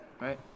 right